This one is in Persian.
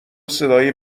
صدای